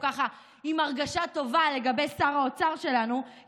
עם הרגשה טובה לגבי שר האוצר שלנו,